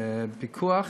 פיקוח,